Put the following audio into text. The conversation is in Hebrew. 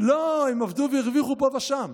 לא, הם עבדו והרוויחו פה ושם.